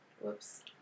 Whoops